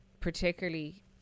particularly